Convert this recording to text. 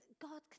God